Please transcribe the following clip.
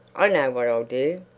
i know what i'll do.